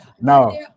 no